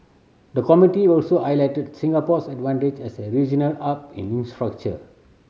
the committee also highlighted to Singapore's advantage as a regional hub in infrastructure